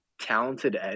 talented